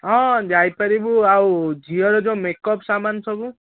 ହଁ ଯାଇପାରିବୁ ଆଉ ଝିଅର ଯେଉଁ ମେକ ଅପ୍ ସାମାନ ସବୁ